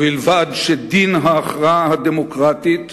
ובלבד שדין ההכרעה הדמוקרטית